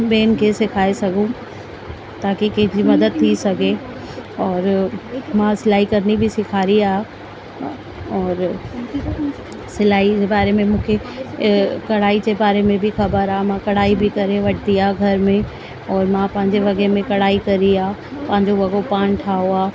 ॿियनि खे सिखारे सघूं ताकी कंहिं बि मदद थी सघे और मां सिलाई करिणी बि सेखारी आहे और सिलाई जे बारे में मूंखे कढ़ाई जे बारे में बि ख़बर आहे मां कढ़ाई बि करे वरिती आहे घर में और मां पंहिंजे वॻे में कढ़ाई कई आहे पंहिंजो वॻो पाणि ठाहियो आहे